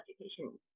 education